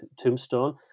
tombstone